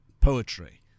poetry